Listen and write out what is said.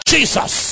Jesus